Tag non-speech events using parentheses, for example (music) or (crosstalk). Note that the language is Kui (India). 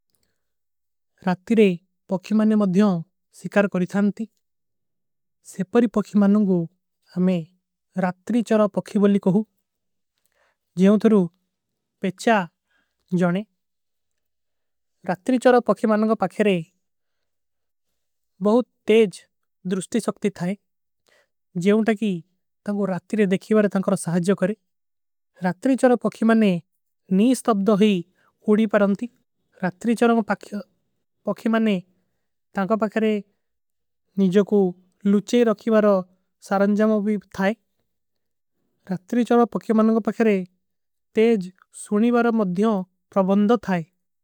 ରାତିରେ ପକ୍ଖି ମାନେ ମଧ୍ଯୋଂ ସିକାର କରୀ ଥାନତୀ ସେପରୀ ପକ୍ଖି ମାନୋଂଗୋ। ଅମେ ରାତିରୀ ଚରଵ ପକ୍ଖି ବୋଲୀ କୋଁ ଜେଵଂ ତରୂ ପେଚ୍ଚା ଜାନେ ରାତିରୀ ଚରଵ। ପକ୍ଖି ମାନୋଂଗୋ ପକ୍ଖେରେ ବହୁତ ତେଜ ଦୁରୁଷ୍ଟୀ ସକ୍ତୀ ଥାଈ ଜେଵଂ ତକୀ ତାଂକୋ। ରାତିରେ ଦେଖୀ ଵାରେ ତାଂକୋର ସହାଜ୍ଯୋ କରେ ରାତିରୀ ଚରଵ ପକ୍ଖି ମାନେ ନୀ। ସ୍ଟବ୍ଦୋ ହୀ ଉଡୀ ପରଂତୀ ରାତିରୀ ଚରଵ (hesitation) ପକ୍ଖି ମାନେ। ତାଂକୋ ପକ୍ଖେରେ ନିଜୋ କୋ ଲୁଚେ ରଖୀ ଵାରେ ସାରଂଜାମ ଭୀ ଥାଈ। (hesitation) ରାତିରୀ ଚରଵ ପକ୍ଖି ମାନେ କୋ ପକ୍ଖେରେ ତେଜ ସୁନୀ ଵାରେ ମଦ୍ଯୋଂ ପ୍ରବଂଦୋ ଥାଈ।